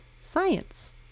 science